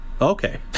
Okay